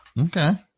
Okay